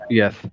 yes